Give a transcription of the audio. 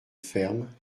ferme